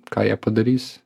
ką jie padarys